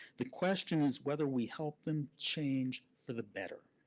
the question is whether we help them change for the better.